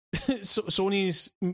Sony's